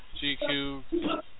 GQ